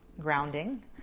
grounding